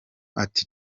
ati